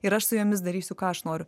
ir aš su jomis darysiu ką aš noriu